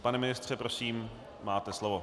Pane ministře, prosím, máte slovo.